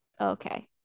Okay